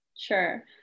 Sure